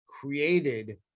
created